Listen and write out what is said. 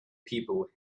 people